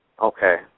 Okay